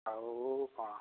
ଆଉ କ'ଣ